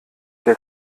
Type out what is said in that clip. der